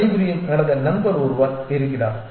பணிபுரியும் எனது நண்பர் ஒருவர் இருக்கிறார்